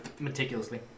Meticulously